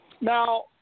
Now